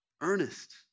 Earnest